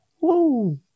Woo